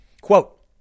Quote